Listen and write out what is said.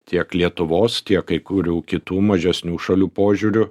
tiek lietuvos tiek kai kurių kitų mažesnių šalių požiūriu